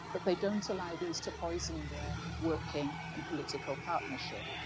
but they don't allow these to poison their working and political partnership.